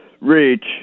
reach